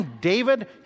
David